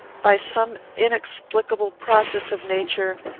by some inexplicable process of nature,